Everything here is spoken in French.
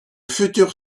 futur